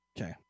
okay